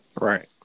Right